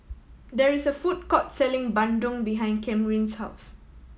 there is a food court selling bandung behind Camryn's house